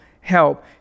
help